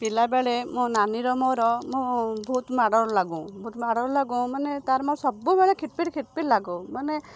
ପିଲାବେଳେ ମୋ ନାନୀର ମୋର ମୋ ବହୁତ ମାଡ଼ଗୋଳ ଲାଗୁ ବହୁତ ମାଡ଼ଗୋଳ ଲାଗୁ ମାନେ ତା'ର ମୋର ସବୁବେଳେ ଖିଟ୍ ପିଟ୍ ଖିଟ୍ ପିଟ୍ ଲାଗୁ ମାନେ